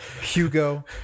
hugo